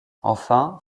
enfin